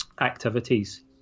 activities